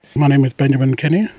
my name is benjamin kenny,